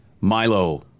Milo